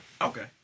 Okay